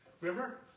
Remember